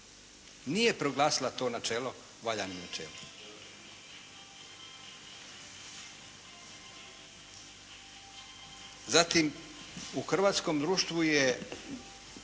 Nije proglasila to načelo valjanim načelom. Zatim u hrvatskom društvu je